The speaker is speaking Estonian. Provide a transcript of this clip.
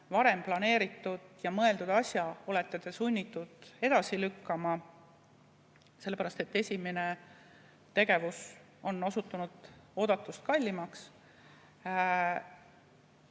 varem planeeritud ja mõeldud asja olete te sunnitud edasi lükkama, sellepärast et esimene tegevus on osutunud oodatust kallimaks